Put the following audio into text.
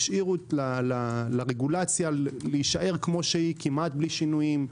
נתנו לרגולציה להישאר כמעט בלי שינויים,